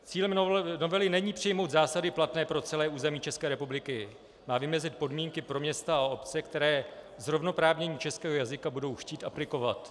Cílem novely není přijmout zásady platné pro celé území České republiky, má vymezit podmínky pro města a obce, které zrovnoprávnění českého jazyka budou chtít aplikovat.